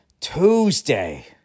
Tuesday